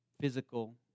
physical